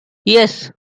yes